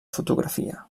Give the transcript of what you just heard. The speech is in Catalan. fotografia